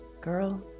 girl